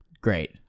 Great